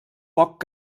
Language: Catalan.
poc